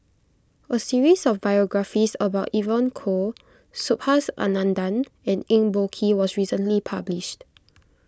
a series of biographies about Evon Kow Subhas Anandan and Eng Boh Kee was recently published